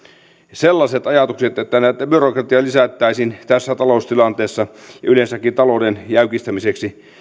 sellaiset ajatukset että tätä byrokratiaa lisättäisiin tässä taloustilanteessa ja yleensäkin talouden jäykistämiseksi